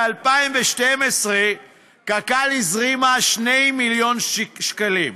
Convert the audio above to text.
ב-2012 קק"ל הזרימה 2 מיליון שקלים,